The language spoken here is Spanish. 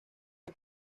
que